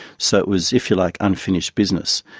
so it was, if you like, unfinished business.